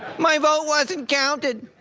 my vote wasn't counted.